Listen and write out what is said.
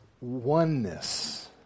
oneness